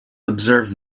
observe